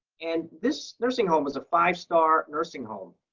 and this nursing home is a five-star nursing home.